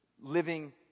living